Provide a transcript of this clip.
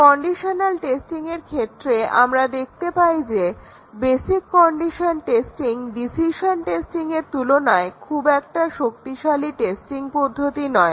conditional টেস্টিংয়ের ক্ষেত্রে আমরা দেখতে পাই যে বেসিক কন্ডিশন টেস্টিং ডিসিশন টেস্টিংয়ের তুলনায় খুব একটা শক্তিশালী টেস্টিং পদ্ধতি নয়